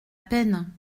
peine